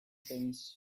things